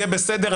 יהיה בסדר,